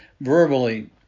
verbally